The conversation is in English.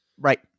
Right